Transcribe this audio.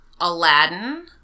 Aladdin